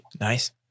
Nice